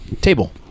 table